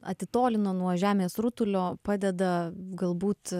atitolina nuo žemės rutulio padeda galbūt